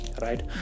right